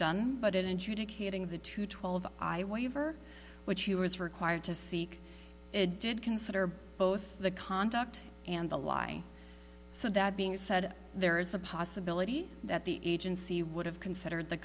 hitting the two twelve i waiver which he was required to seek did consider both the conduct and the lie so that being said there is a possibility that the agency would have considered the